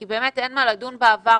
כי באמת אין מה לדון בעבר,